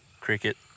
cricket